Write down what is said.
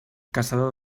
caçador